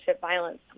violence